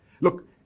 Look